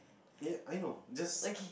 If I know just